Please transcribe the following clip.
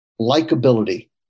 likability